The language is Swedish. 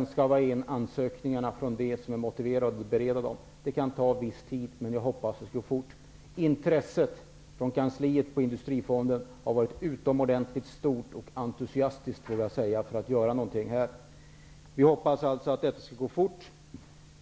måste vi få in ansökningarna från dem som är motiverade och bereda dem. Det kan ta viss tid, men jag hoppas det skall gå fort. Intresset för att göra något här på kansliet för Industrifonden har varit utomordentligt stort och entusiastiskt, det vågar jag säga. Vi hoppas alltså att det skall gå fort.